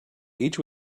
each